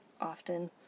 often